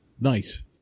Nice